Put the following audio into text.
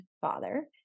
father